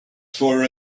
for